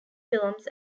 films